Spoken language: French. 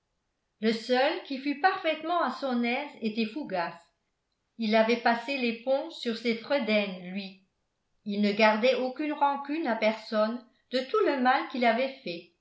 le seul qui fût parfaitement à son aise était fougas il avait passé l'éponge sur ses fredaines lui il ne gardait aucune rancune à personne de tout le mal qu'il avait fait